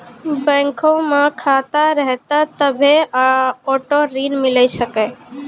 बैंको मे खाता रहतै तभ्भे आटो ऋण मिले सकै